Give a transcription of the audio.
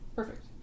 Perfect